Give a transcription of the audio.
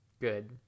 Good